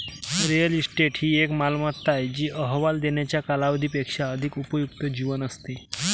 real estate ही एक मालमत्ता आहे जी अहवाल देण्याच्या कालावधी पेक्षा अधिक उपयुक्त जीवन असते